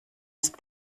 ist